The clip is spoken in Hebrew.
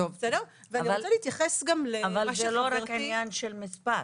אבל זה לא רק עניין של מספר.